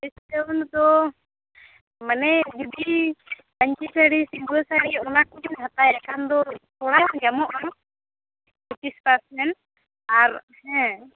discount ᱫᱚ ᱢᱟᱱᱮ ᱡᱩᱫᱤ ᱯᱟᱸᱧᱪᱤ ᱥᱟᱹᱲᱤ ᱥᱤᱢᱵᱚᱞ ᱥᱟᱹᱲᱤ ᱚᱱᱟᱠᱚᱵᱮᱱ ᱦᱟᱛᱟᱭᱟ ᱮᱱᱠᱷᱟᱱ ᱫᱚ ᱛᱷᱚᱲᱟᱜᱟᱱ ᱫᱟᱢᱚᱜᱼᱟ ᱯᱚᱸᱪᱤᱥ ᱯᱟᱨᱥᱮᱱ ᱟᱨ ᱦᱮᱸ